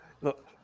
look